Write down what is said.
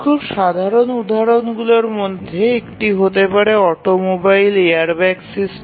খুব সাধারণ উদাহরণগুলির মধ্যে একটি হতে পারে অটোমোবাইল এয়ারব্যাগ সিস্টেম